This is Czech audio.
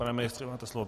Pane ministře, máte slovo.